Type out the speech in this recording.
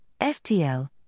FTL